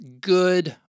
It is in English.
good